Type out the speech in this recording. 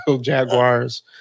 Jaguars